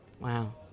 Wow